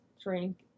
drink